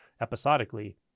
episodically